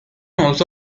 also